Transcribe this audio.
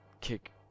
kick